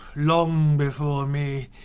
long before me.